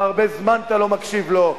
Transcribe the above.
כבר הרבה זמן אתה לא מקשיב לו.